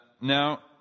Now